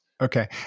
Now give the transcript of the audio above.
Okay